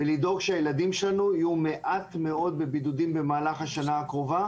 ולדאוג שהילדים שלנו יהיו מעט מאוד בבידודים במהלך השנה הקרובה,